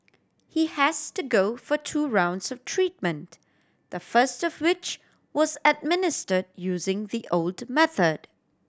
he has to go for two rounds of treatment the first of which was administer using the old method